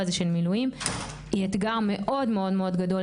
הזה של מילואים היא אתגר מאוד מאוד גדול,